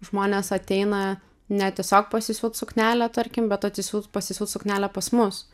žmonės ateina ne tiesiog pasisiūt suknelę tarkim bet atsisiū pasisiūt suknelę pas mus